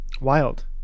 Wild